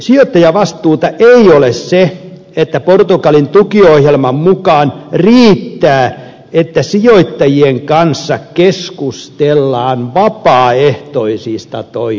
sijoittajavastuuta ei ole se että portugalin tukiohjelman mukaan riittää että sijoittajien kanssa keskustellaan vapaaehtoisista toimista